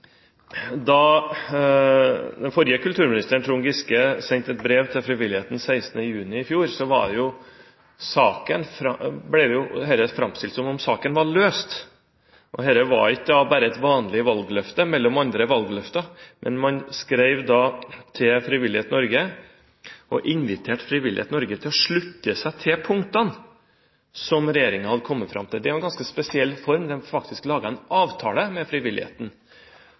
den 16. juni 2009, ble dette framstilt som om saken var løst. Dette var ikke bare et vanlig valgløfte blant andre valgløfter, men man skrev til Frivillighet Norge og inviterte dem til å slutte seg til punktene som regjeringen hadde kommet fram til. Det var en ganske spesiell form. De laget faktisk en avtale med frivilligheten.